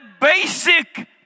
basic